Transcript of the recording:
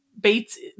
Bates